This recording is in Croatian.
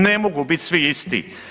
Ne mogu biti svi isti.